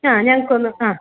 ആ ഞങ്ങൾക്ക് ഒന്ന് ആ